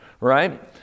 right